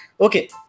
Okay